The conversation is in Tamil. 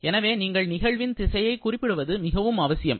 எனவே நீங்கள் நிகழ்வின் திசையை குறிப்பிடுவது மிகவும் அவசியம்